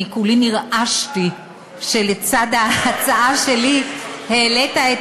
אני כולי נרעשתי שלצד ההצעה שלי העלית את